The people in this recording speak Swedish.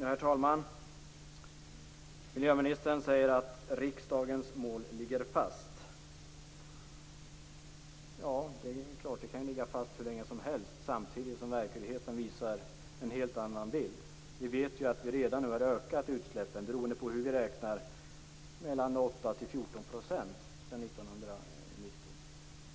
Herr talman! Miljöministern säger att riksdagens mål ligger fast. Det är klart att det kan ligga fast hur länge som helst, samtidigt som verkligheten visar en helt annan bild. Vi vet ju att vi redan nu har ökat utsläppen, beroende på hur vi räknar, med 8-14 % sedan 1990,